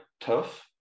tough